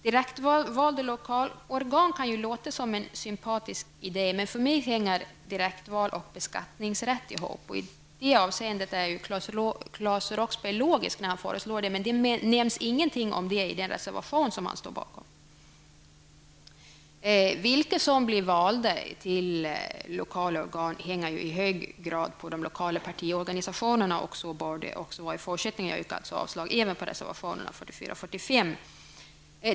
Direktvalda lokalorgan kan låta som en sympatisk idé, men för mig hänger direktval och beskattningsrätt ihop. Och i det avseendet är ju Claes Roxbergh logisk när han föreslår detta, men ingenting om detta sägs i den reservation som han står bakom. Vilka som blir valda till lokala organ beror ju i hög grad på de lokala partiorganisationerna. Så bör det vara även i fortsättningen. Jag yrkar alltså avslag även på reservationerna 44 och 45.